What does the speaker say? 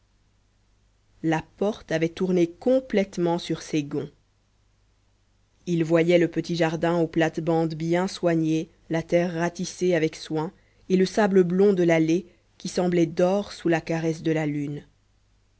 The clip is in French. la porte avait tourné complètement sur ses gonds il voyait le petit jardin aux plates-bandes bien soignées la terre ratissée avec soin et le sable blond de l'allée qui semblait d'or sous la caresse de la lune